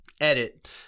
Edit